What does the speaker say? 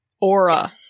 aura